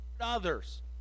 others